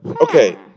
okay